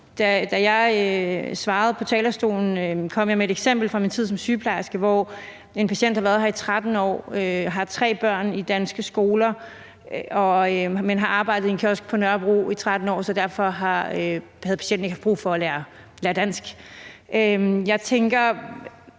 Da jeg svarede på talerstolen, kom jeg med et eksempel fra min tid som sygeplejerske, hvor en patient havde været her i 13 år og havde tre børn i danske skoler, men havde arbejdet i en kiosk på Nørrebro i 13 år, så derfor havde patienten ikke haft brug for at lære dansk. Hvad mener